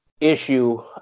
issue